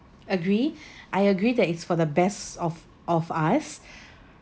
agree I agree that it's for the best of of us